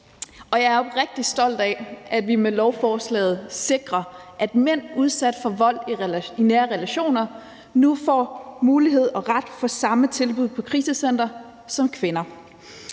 jeg er oprigtigt stolt af, at vi med lovforslaget sikrer, at mænd udsat for vold i nære relationer nu får mulighed for og ret til samme tilbud på krisecentre som kvinder.